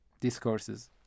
discourses